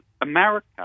America